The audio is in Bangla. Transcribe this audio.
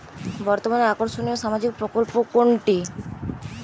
বর্তমানে আকর্ষনিয় সামাজিক প্রকল্প কোনটি?